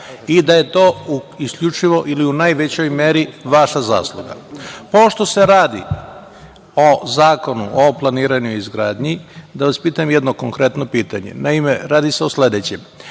i da je to isključivo ili u najvećoj meri vaša zasluga. Pošto se radi o Zakonu o planiranju i izgradnji, da vas pitam jedno konkretno pitanje. Naime, radi se o sledećem